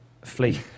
fleet